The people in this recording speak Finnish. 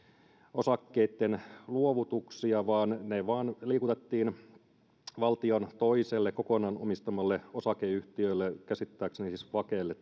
osakkeitten luovutuksia vaan tämä potti vain liikutettiin toiselle valtion kokonaan omistamalle osakeyhtiölle käsittääkseni siis vakelle